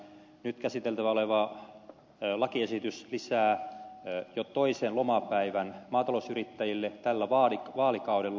nyt käsiteltävänä oleva lakiesitys lisää jo toisen lomapäivän maatalousyrittäjille tällä vaalikaudella